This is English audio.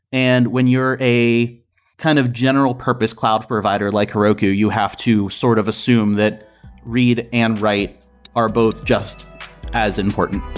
and when you're a kind of general-purpose cloud provider like heroku, you have to sort of assume that read and write are both just as important.